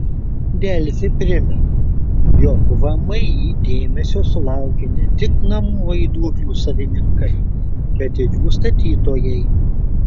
delfi primena jog vmi dėmesio sulaukė ne tik namų vaiduoklių savininkai bet ir jų statytojai